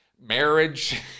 marriage